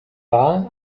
bar